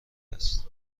است